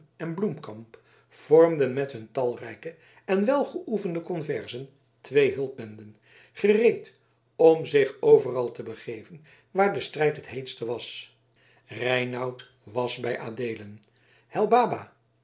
en bloemkamp vormden met hun talrijke en welgeoefende conversen twee hulpbenden gereed om zich overal te begeven waar de strijd het heetste was reinout was bij adeelen helbada